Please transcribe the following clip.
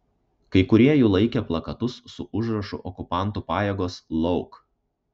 kai kurie jų laikė plakatus su užrašu okupantų pajėgos lauk